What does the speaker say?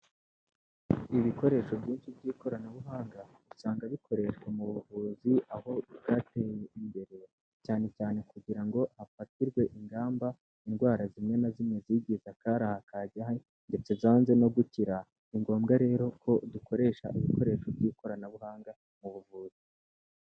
Ibikoresho byinshi by'ikoranabuhanga, usanga bikoreshwa mu buvuzi aho byateye imbere, cyane cyane kugira ngo hafatirwe ingamba indwara zimwe na zimwe zigize akari aha kajya he ndetse zanze no gukira, ni ngombwa rero ko dukoresha ibikoresho by'ikoranabuhanga mu buvuzi.